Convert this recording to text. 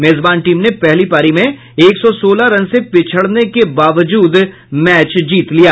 मेजबान टीम ने पहली पारी में एक सौ सोलह रन से पिछड़ने के बावजूद मैच जीत लिया